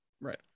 Right